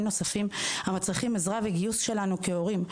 נוספים המצריכים עזרה וגיוס שלנו כהורים,